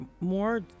more